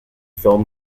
film